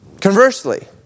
conversely